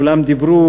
כולם דיברו,